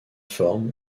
forme